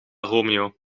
romeo